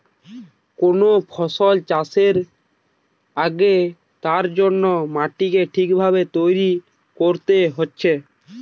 কোন ফসল চাষের আগে তার জন্যে মাটিকে ঠিক ভাবে তৈরী কোরতে হচ্ছে